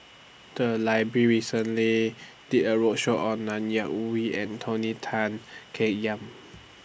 The Library recently did A roadshow on Ng Yak Whee and Tony Tan Keng Yam